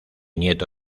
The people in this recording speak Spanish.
nieto